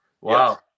Wow